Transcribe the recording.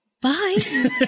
Bye